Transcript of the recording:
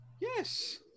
Yes